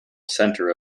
centre